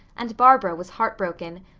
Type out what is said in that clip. and barbara was heartbroken.